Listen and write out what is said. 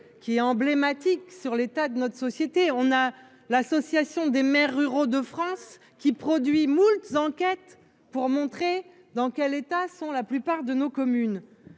jours est emblématique de l'état de notre société. L'Association des maires ruraux de France a produit moult enquêtes attestant dans quel état se trouvent la plupart de nos communes.